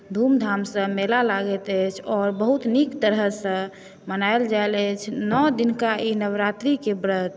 धुमधामसँ मेला लागैत अछि औऱ बहुत नीक तरहसँ मनायल जाइत अछि नओ दिनका ई नवरात्रीके व्रत